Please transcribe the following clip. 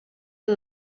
amb